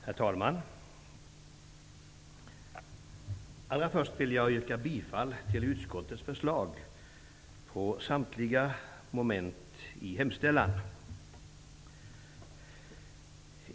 Herr talman! Allra först vill jag yrka bifall till utskottets förslag i samtliga moment i hemställan.